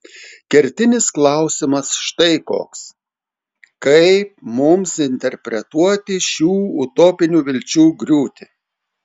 kertinis klausimas štai koks kaip mums interpretuoti šių utopinių vilčių griūtį